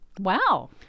Wow